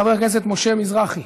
חבר הכנסת משה מזרחי,